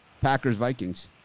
Packers-Vikings